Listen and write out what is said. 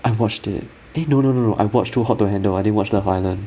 I watched it eh no no no no I watched too hot to handle I didn't watch love island